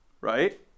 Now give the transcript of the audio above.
right